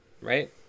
right